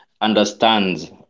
understands